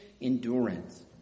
endurance